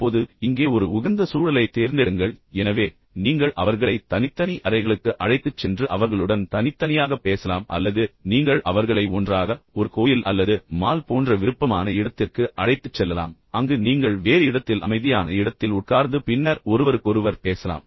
இப்போது இங்கே ஒரு உகந்த சூழலைத் தேர்ந்தெடுங்கள் எனவே நீங்கள் அவர்களை தனித்தனி அறைகளுக்கு அழைத்துச் சென்று அவர்களுடன் தனித்தனியாகப் பேசலாம் அல்லது நீங்கள் அவர்களை ஒன்றாக ஒரு கோயில் அல்லது மால் போன்ற விருப்பமான இடத்திற்கு அழைத்துச் செல்லலாம் அங்கு நீங்கள் வேறு இடத்தில் அமைதியான இடத்தில் உட்கார்ந்து பின்னர் ஒருவருக்கொருவர் பேசலாம்